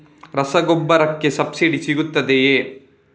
ರಸಗೊಬ್ಬರಕ್ಕೆ ಸಬ್ಸಿಡಿ ಸಿಗುತ್ತದೆಯೇ?